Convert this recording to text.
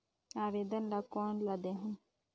आवेदन ला कोन ला देहुं?